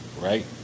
right